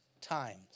times